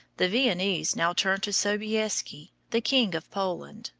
the viennese now turned to sobieski, the king of poland,